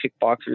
kickboxers